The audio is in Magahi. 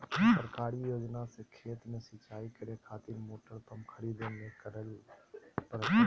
सरकारी योजना से खेत में सिंचाई करे खातिर मोटर पंप खरीदे में की करे परतय?